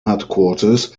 headquarters